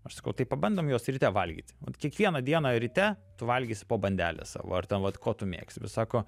aš sakau tai pabandom juos ryte valgyti kiekvieną dieną ryte tu valgysi po bandelę savo ar ten vat ko tu mėgsti bet sako